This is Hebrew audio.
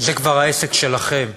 זה כבר העסק שלכם,